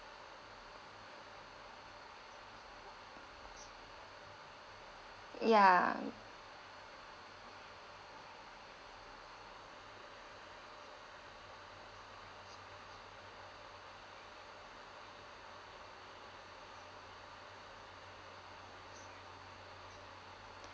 ya